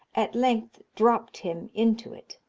at length dropped him into it.